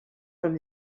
from